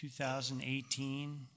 2018